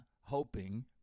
hoping